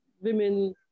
women